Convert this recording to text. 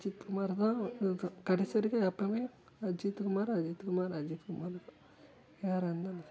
அஜித்குமார் தான் எங்களுக்கு கடைசி வரைக்கும் எப்போவுமே அஜித்துகுமார் அஜித்குமார் அஜித் குமார் தான் வேறு எந்த